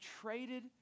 traded